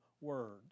words